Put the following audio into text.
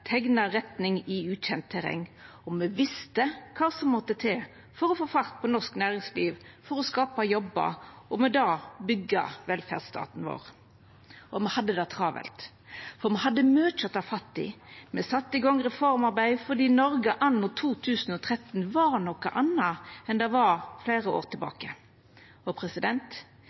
teikna retning i ukjent terreng. Me visste kva som måtte til for å få fart på norsk næringsliv, for å skapa jobbar og med det byggja velferdsstaten vår. Me hadde det travelt, for me hadde mykje å ta fatt i. Me sette i gang reformarbeid, for Noreg anno 2013 var noko anna enn det var fleire år